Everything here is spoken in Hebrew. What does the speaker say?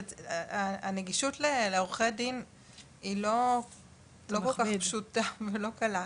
הנגישות לעורכי דין היא לא כל כך פשוטה ולא קלה,